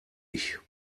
ich